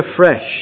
afresh